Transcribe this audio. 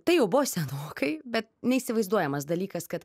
tai jau buvo senokai bet neįsivaizduojamas dalykas kad